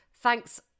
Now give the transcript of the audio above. Thanks